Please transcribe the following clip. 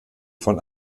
von